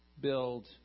build